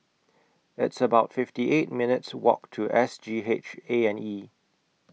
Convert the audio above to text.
It's about fifty eight minutes' Walk to S G H A and E